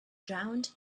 ground